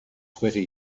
sweaty